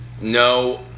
no